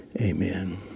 Amen